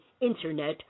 internet